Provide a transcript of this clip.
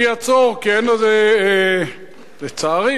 אני אעצור, כי אין לזה, לצערי,